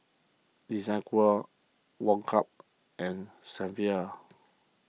Desigual Woh Hup and Saint